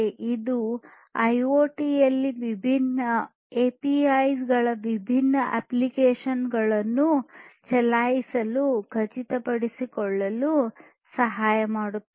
ಇದು ಐಒಟಿ ಯಲ್ಲಿ ವಿಭಿನ್ನ ಎಪಿಐ ಗಳು ವಿಭಿನ್ನ ಅಪ್ಲಿಕೇಶನ್ಗಳನ್ನು ಚಲಾಯಿಸುವುದನ್ನು ಖಚಿತಪಡಿಸಿಕೊಳ್ಳಲು ಸಹಾಯ ಮಾಡುತ್ತದೆ